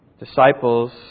Disciples